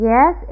Yes